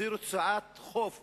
זו רצועת חוף קטנה,